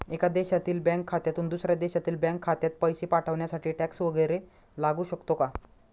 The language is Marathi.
एका देशातील बँक खात्यातून दुसऱ्या देशातील बँक खात्यात पैसे पाठवण्यासाठी टॅक्स वैगरे लागू शकतो का?